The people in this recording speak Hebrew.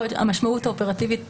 המשמעות האופרטיבית